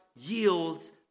yields